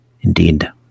Indeed